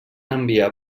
enviar